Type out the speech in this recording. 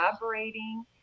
collaborating